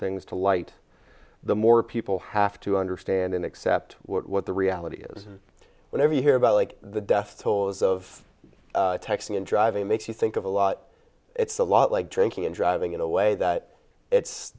things to light the more people have to understand and accept what the reality is whenever you hear about like the death toll as of texting and driving it makes you think of a lot it's a lot like drinking and driving in a way